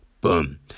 Boom